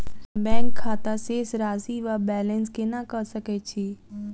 Bank खाता शेष राशि वा बैलेंस केना कऽ सकय छी?